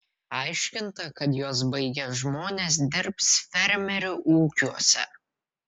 aiškinta kad juos baigę žmonės dirbs fermerių ūkiuose